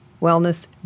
Wellness